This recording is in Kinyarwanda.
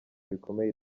bikomeye